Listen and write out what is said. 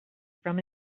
from